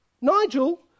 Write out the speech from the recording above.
Nigel